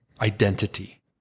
identity